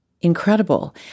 incredible